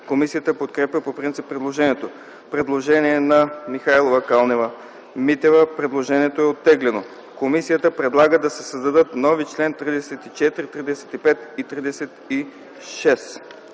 Комисията подкрепя по принцип предложението. Предложение на народните представители Михайлова и Калнева-Митева. Предложението е оттеглено. Комисията предлага да се създадат нови чл. 34, 35 и 36: